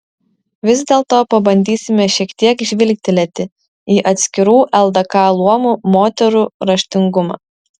vis dėlto pabandysime šiek tiek žvilgtelėti į atskirų ldk luomų moterų raštingumą